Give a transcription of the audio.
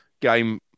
game